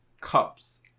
cups